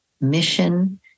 mission